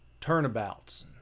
turnabouts